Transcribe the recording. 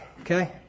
Okay